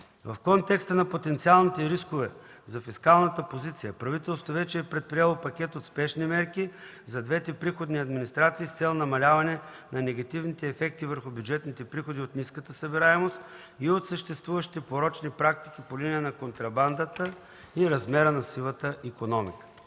В контекста на потенциалните рискове за фискалната позиция правителството вече е предприело пакет от спешни мерки за двете приходни администрации с цел намаляване на негативните ефекти върху бюджетните приходи от ниската събираемост и от съществуващите порочни практики по линия на контрабандата и размера на сивата икономика.